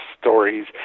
stories